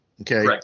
Okay